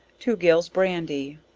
two gills brandy,